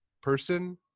person